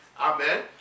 Amen